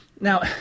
now